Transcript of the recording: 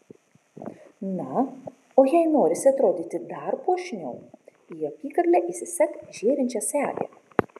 na o jei norisi atrodyti dar puošniau į apykaklę įsisek žėrinčią segę